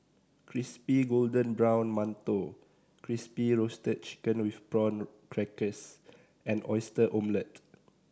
crispy golden brown mantou Crispy Roasted Chicken with Prawn Crackers and Oyster Omelette